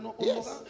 yes